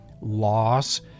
loss